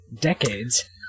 decades